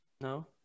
No